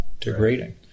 degrading